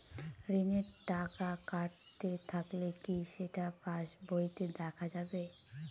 ঋণের টাকা কাটতে থাকলে কি সেটা পাসবইতে দেখা যাবে?